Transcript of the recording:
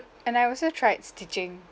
and I also tried stitching